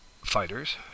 Fighters